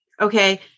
okay